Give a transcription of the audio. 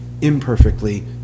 imperfectly